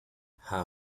her